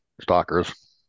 Stalkers